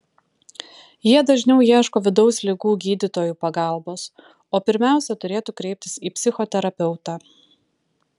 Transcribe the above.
jie dažniau ieško vidaus ligų gydytojų pagalbos o pirmiausia turėtų kreiptis į psichoterapeutą